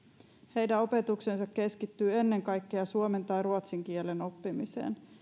heidän opetuksensa keskittyy ennen kaikkea suomen tai ruotsin kielen oppimiseen